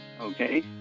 okay